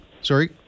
Sorry